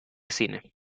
cine